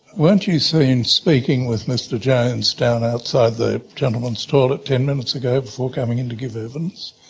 weren't you seen speaking with mr jones down outside the gentlemen's toilet ten minutes ago before coming in to give evidence?